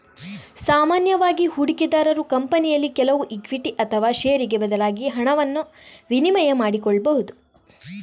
ಸಾಮಾನ್ಯವಾಗಿ ಹೂಡಿಕೆದಾರರು ಕಂಪನಿಯಲ್ಲಿ ಕೆಲವು ಇಕ್ವಿಟಿ ಅಥವಾ ಷೇರಿಗೆ ಬದಲಾಗಿ ಹಣವನ್ನ ವಿನಿಮಯ ಮಾಡಿಕೊಳ್ಬಹುದು